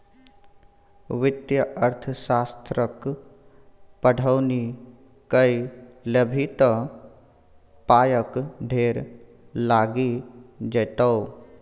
वित्तीय अर्थशास्त्रक पढ़ौनी कए लेभी त पायक ढेर लागि जेतौ